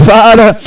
Father